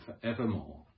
forevermore